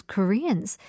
Koreans